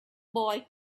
boy